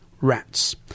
rats